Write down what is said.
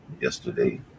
yesterday